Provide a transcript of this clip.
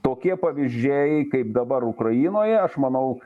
tokie pavyzdžiai kaip dabar ukrainoje aš manau